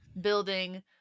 building